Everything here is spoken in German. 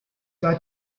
war